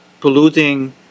polluting